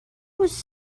was